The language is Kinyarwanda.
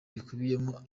rikubiyemo